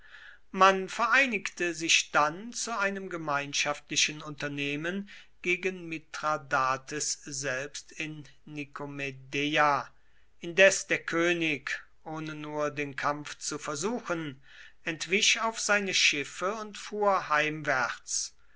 man vereinigte sich dann zu einem gemeinschaftlichen unternehmen gegen mithradates selbst in nikomedeia indes der könig ohne nur den kampf zu versuchen entwich auf seine schiffe und